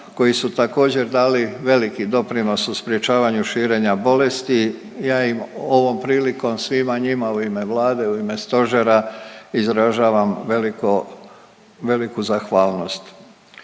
koji su također dali veliki doprinos u sprječavanju širenja bolesti. Ja im ovom prilikom svima njima u ime Vlade u ime Stožera izražavam veliku zahvalnost.